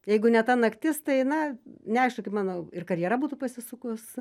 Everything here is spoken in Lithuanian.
jeigu ne ta naktis tai na neaišku kaip mano ir karjera būtų pasisukus